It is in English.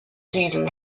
season